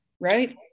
right